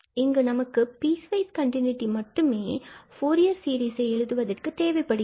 இங்கு நமக்கு piecewise continuity மட்டுமே ஃபூரியர் சீரிசை எழுதுவதற்கு தேவைப்படுகிறது